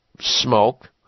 smoke